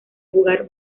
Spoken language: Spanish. jugar